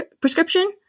prescription